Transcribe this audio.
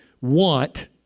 want